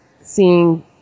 seeing